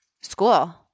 school